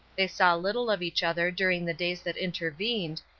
they saw little of each other during the days that intervened,